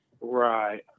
Right